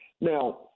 now